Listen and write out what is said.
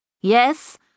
Yes